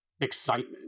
excitement